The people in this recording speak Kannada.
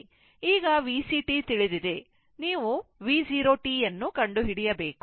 ಈಗ VCt ತಿಳಿದಿದೆ ನೀವು V0 t ಅನ್ನು ಕಂಡುಹಿಡಿಯಬೇಕು